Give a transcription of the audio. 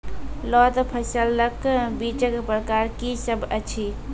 लोत फसलक बीजक प्रकार की सब अछि?